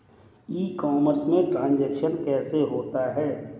ई commerce में transaction कैसे होता है?